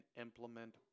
implement